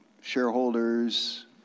shareholders